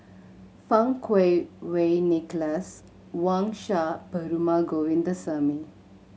Fang Kuo Wei Nicholas Wang Sha Perumal Govindaswamy